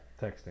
Texting